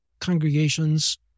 congregations